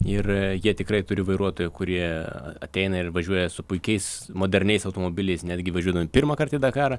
ir jie tikrai turi vairuotojų kurie ateina ir važiuoja su puikiais moderniais automobiliais netgi važiuodami pirmąkart į dakarą